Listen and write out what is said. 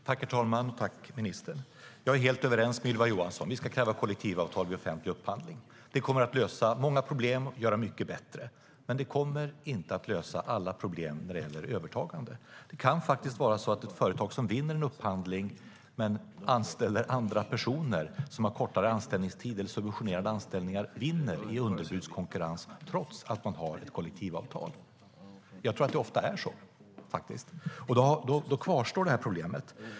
Herr talman! Tack, ministern! Jag är helt överens med Ylva Johansson om att vi ska kräva kollektivavtal vid offentlig upphandling. Det kommer att lösa många problem och göra det mycket bättre. Men det kommer inte att lösa alla problem när det gäller övertagande. Det kan faktiskt vara så att ett företag som vinner en upphandling men anställer andra personer som har kortare anställningstid eller subventionerade anställningar vinner i underbudskonkurrens, trots att man har ett kollektivavtal. Jag tror att det ofta är så, och då kvarstår problemet.